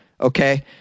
okay